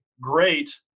great